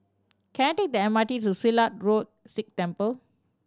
can I take the M R T to Silat Road Sikh Temple